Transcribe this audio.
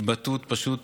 התבטאות פשוט,